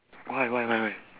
why why why why